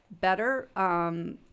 better